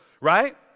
right